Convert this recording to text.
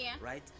right